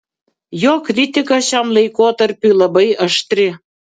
jo kritika šiam laikotarpiui labai aštri